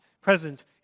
present